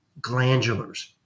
glandulars